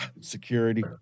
security